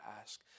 ask